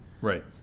Right